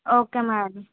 okay madam